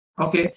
Okay